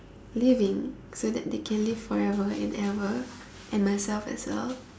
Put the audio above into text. living so that they can live forever and ever and myself as well